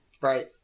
Right